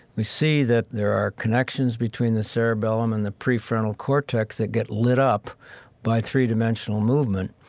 we see that there are connections between the cerebellum and the prefrontal cortex that get lit up by three-dimensional movement.